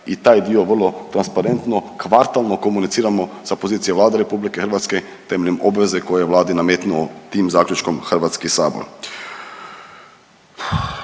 i taj dio vrlo transparentno, kvartalno komuniciramo sa pozicije Vlade RH temeljem obveze koju je Vladi nametnuo tim zaključkom HS. Ono